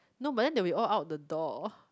no but then that we all out the door